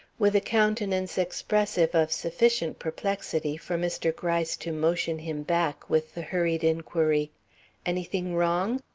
with a countenance expressive of sufficient perplexity for mr. gryce to motion him back with the hurried inquiry anything wrong?